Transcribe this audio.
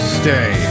stay